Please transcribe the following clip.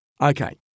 Okay